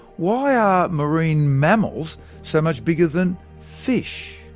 why are marine mammals so much bigger than fish?